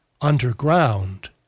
underground